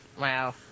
Wow